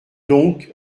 donc